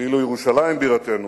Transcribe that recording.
ואילו ירושלים בירתנו